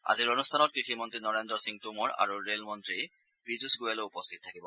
আজিৰ অনুষ্ঠানত কৃষি মন্ত্ৰী নৰেন্দ্ৰ সিং টোমৰ আৰু ৰেল পীয়ুষ গোয়েলো উপস্থিত থাকিব